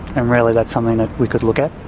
and really that's something that we could look at.